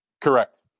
Correct